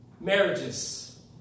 marriages